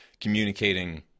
communicating